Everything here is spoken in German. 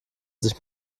sich